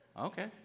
Okay